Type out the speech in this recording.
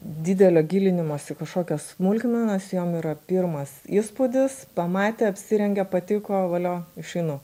didelio gilinimosi į kažkokias smulkmenas jom yra pirmas įspūdis pamatė apsirengė patiko valio išeinu